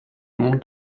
mont